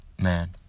Man